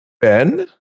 ben